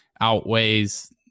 outweighs